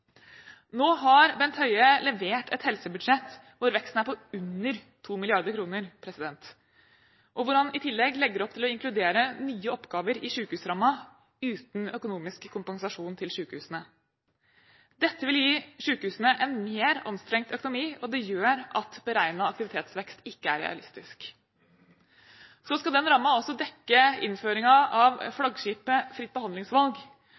Nå har Bent Høie levert et helsebudsjett hvor veksten er på under 2 mrd. kr, og hvor han i tillegg legger opp til å inkludere nye oppgaver i sykehusrammen uten økonomisk kompensasjon til sykehusene. Dette vil gi sykehusene en mer anstrengt økonomi, og det gjør at beregnet aktivitetsvekst ikke er realistisk. Så skal den rammen altså dekke innføringen av flaggskipet «Fritt behandlingsvalg»,